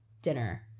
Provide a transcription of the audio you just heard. dinner